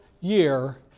year